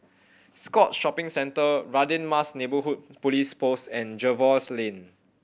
Scotts Shopping Centre Radin Mas Neighbourhood Police Post and Jervois Lane